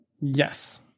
Yes